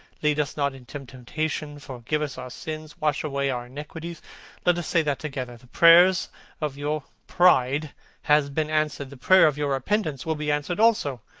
lead us not into temptation. forgive us our sins. wash away our iniquities let us say that together. the prayer of your pride has been answered. the prayer of your repentance will be answered also.